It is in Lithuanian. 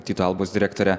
tyto albos direktorė